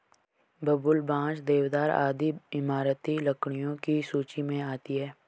बबूल, बांस, देवदार आदि इमारती लकड़ियों की सूची मे आती है